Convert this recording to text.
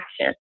action